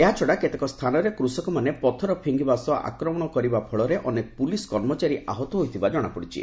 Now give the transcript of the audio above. ଏହାଛଡ଼ା କେତେକ ସ୍ଥାନରେ କୃଷକମାନେ ପଥର ଫିଙ୍ଗିବା ସହ ଆକ୍ରମଣ କରିବା ଫଳରେ ଅନେକ ପୁଲିସ କର୍ମଚାରୀ ଆହତ ହୋଇଥିବା ଜଣାପଡିଛି